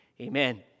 Amen